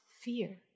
fear